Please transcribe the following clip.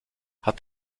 hat